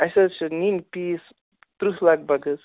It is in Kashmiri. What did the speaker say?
اَسہِ حظ چھِ نِنۍ پیٖس ترٕٛہ لگ بگ حظ